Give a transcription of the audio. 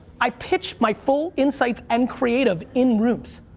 i pitch my full insight and creative in rooms.